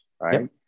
right